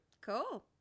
Cool